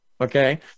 Okay